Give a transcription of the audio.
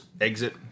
exit